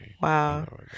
wow